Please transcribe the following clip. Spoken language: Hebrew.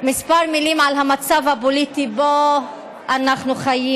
כמה מילים על המצב הפוליטי שבו אנחנו חיים